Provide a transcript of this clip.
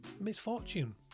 misfortune